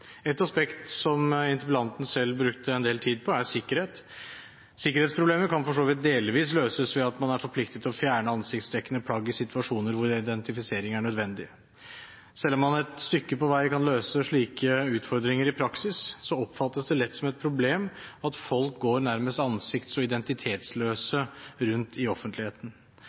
Et aspekt som interpellanten selv brukte en del tid på, er sikkerhet. Sikkerhetsproblemet kan for så vidt delvis løses ved at man er forpliktet til å fjerne ansiktsdekkende plagg i situasjoner hvor identifisering er nødvendig. Selv om man et stykke på vei kan løse slike utfordringer i praksis, oppfattes det lett som et problem at folk går nærmest ansikts- og identitetsløse